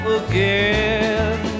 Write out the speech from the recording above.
again